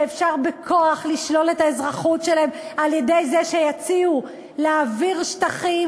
שאפשר בכוח לשלול את האזרחות שלהם על-ידי זה שיציעו להעביר שטחים.